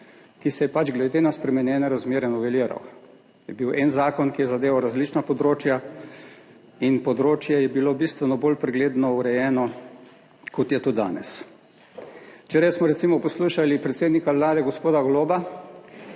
ki se je pač glede na spremenjene razmere noveliral. Je bil en zakon, ki je zadeval različna področja in področje je bilo bistveno bolj pregledno, urejeno, kot je to danes. Včeraj smo recimo poslušali predsednika Vlade gospoda Goloba,